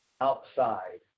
outside